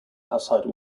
hussite